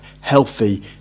healthy